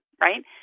right